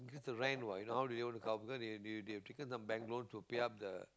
need to rent what if not how they want to cover because they they they have taken some bank loans to pay up the